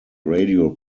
radio